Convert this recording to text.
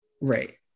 right